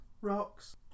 Rocks